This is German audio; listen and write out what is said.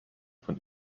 von